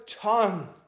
tongue